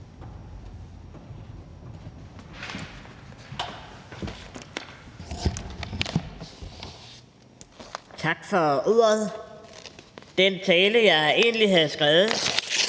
Tak for ordet. Den tale, jeg egentlig havde skrevet,